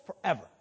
forever